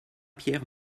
pierre